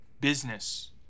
Business